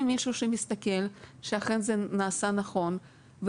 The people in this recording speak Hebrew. עוד מישהו שמסתכל שאכן זה נעשה נכון,